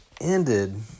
ended